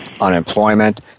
unemployment